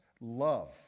love